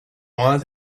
wanted